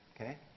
okay